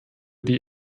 die